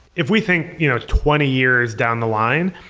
if we think you know twenty years down the line,